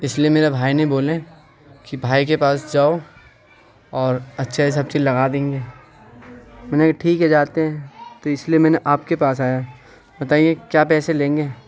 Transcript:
اس لیے میرے بھائی نے بولے کہ بھائی کے پاس جاؤ اور اچّھا ہی سب چیز لگا دیں گے نہیں ٹھیک ہے جاتے ہیں تو اس لیے میں نے آپ کے پاس آیا بتائیے کیا پیسے لیں گے